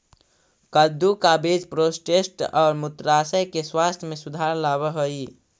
कद्दू का बीज प्रोस्टेट और मूत्राशय के स्वास्थ्य में सुधार लाव हई